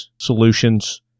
solutions